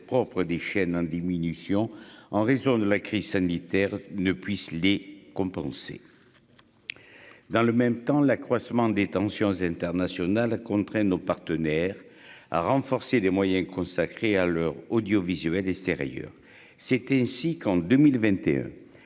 propres des chaînes hein diminution en raison de la crise sanitaire ne puisse les compenser, dans le même temps l'accroissement des tensions internationales, nos partenaires à renforcer les moyens consacrés à l'heure audiovisuel extérieur, c'est ainsi qu'en 2021,